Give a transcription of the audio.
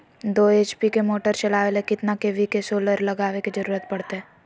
दो एच.पी के मोटर चलावे ले कितना के.वी के सोलर लगावे के जरूरत पड़ते?